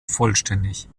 vollständig